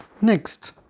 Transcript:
Next